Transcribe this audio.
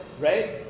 Right